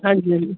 ਹਾਂਜੀ ਹਾਂਜੀ